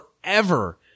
forever